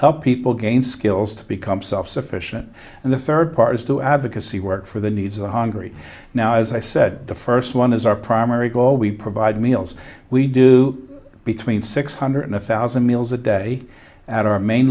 help people gain skills to become self sufficient and the third part is to advocacy work for the needs of the hungry now as i said the first one is our primary goal we provide meals we do between six hundred thousand meals a day at our main